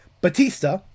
batista